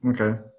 Okay